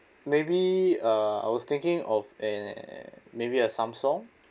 maybe uh I was thinking of an maybe a samsung